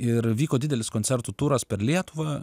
ir vyko didelis koncertų turas per lietuvą